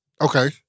Okay